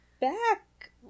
back